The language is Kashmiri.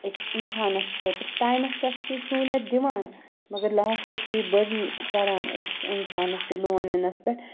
أکِس اِنسانَس خٲطرٕ ٹایمَس پٮ۪ٹھ چھِ یہِ سہوٗلیت دِوان مگر لاسٹَس چھِ یہِ بٔڑٕن کَران أکِس اِنسانَس یہِ لون نِنَس پٮ۪ٹھ